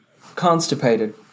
constipated